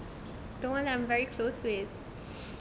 someone that I'm very close with